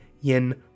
Yin